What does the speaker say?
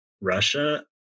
Russia